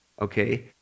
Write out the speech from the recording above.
okay